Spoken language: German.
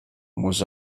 muss